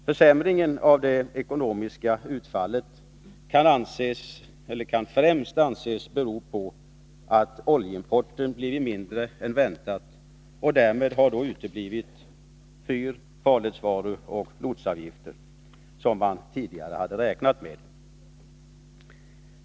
Försämringen av det ekonomiska utfallet kan främst anses bero på att oljeimporten blivit mindre än väntat, och därmed har fyr-, farledsvaruoch lotsavgifter uteblivit som man tidigare hade räknat med.